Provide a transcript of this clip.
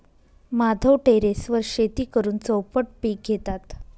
माधव टेरेसवर शेती करून चौपट पीक घेतात